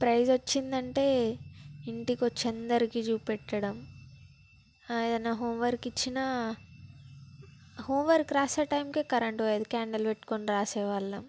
praise వచ్చిందంటే ఇంటికి వచ్చి అందరికి చూపెట్టడం ఏదైనా హోమ్ వర్క్ ఇచ్చిన హోమ్ వర్క్ రాసే టైంకి కరెంటు పోయేది ఒక క్యాండెల్ పెట్టుకొని రాసే వాళ్ళం